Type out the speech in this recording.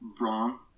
wrong